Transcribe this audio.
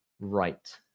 right